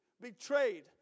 betrayed